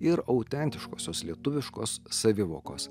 ir autentiškosios lietuviškos savivokos